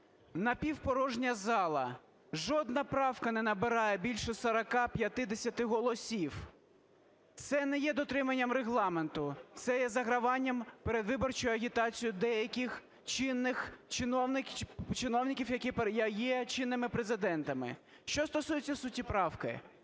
Напівпорожня зала, жодна правка не набирає більше 40-50 голосів. Це не є дотриманням Регламенту, це є заграванням перед виборчою агітацією деяких чинних чиновників, які є чинними президентами. Що стосується суті правки.